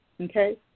Okay